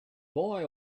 boy